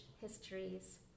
histories